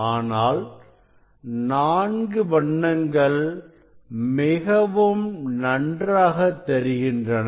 ஆனால் நான்கு வண்ணங்கள் மிகவும் நன்றாக தெரிகின்றன